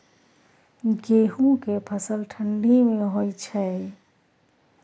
गेहूं के फसल ठंडी मे होय छै?